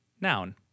Noun